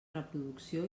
reproducció